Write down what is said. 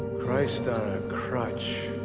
christ on a crutch.